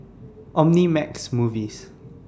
Omnimax Movies